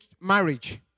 marriage